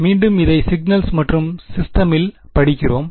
மீண்டும் இதை சிக்நல்ஸ் மற்றும் சிஸ்டமில் ல் படிக்கிறோம்